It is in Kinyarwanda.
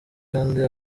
kandi